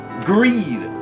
greed